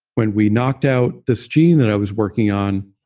when we knocked out this gene that i was working on,